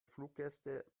fluggäste